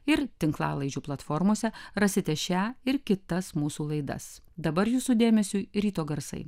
ir tinklalaidžių platformose rasite šią ir kitas mūsų laidas dabar jūsų dėmesiui ryto garsai